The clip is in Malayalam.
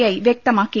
ഐ വ്യക്തമാക്കി